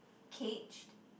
caged